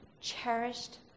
cherished